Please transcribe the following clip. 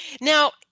Now